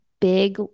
big